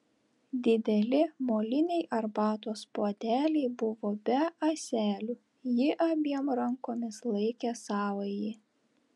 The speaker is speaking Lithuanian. dideli moliniai arbatos puodeliai buvo be ąselių ji abiem rankomis laikė savąjį